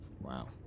Wow